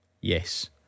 Yes